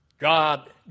God